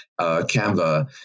Canva